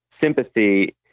sympathy